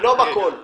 לא בכל המקומות.